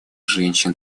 женщин